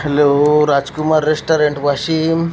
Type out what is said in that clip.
hello Rajkumar restaurant Washim